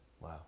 Wow